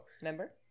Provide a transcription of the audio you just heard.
remember